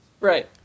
Right